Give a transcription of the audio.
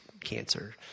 cancer